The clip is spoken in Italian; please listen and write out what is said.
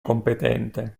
competente